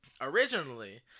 Originally